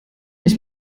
ich